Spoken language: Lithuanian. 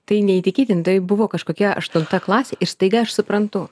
tai neįtikėtina tai buvo kažkokia aštunta klasė ir staiga aš suprantu